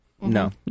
No